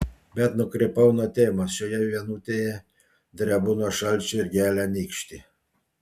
bet nukrypau nuo temos šioje vienutėje drebu nuo šalčio ir gelia nykštį